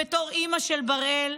בתור אימא של בראל,